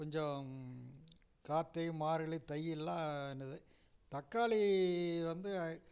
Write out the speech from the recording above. கொஞ்சம் கார்த்திகை மார்கழி தை எல்லாம் என்னது தக்காளி வந்து